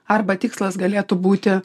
arba tikslas galėtų būti